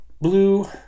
blue